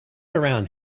around